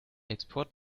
export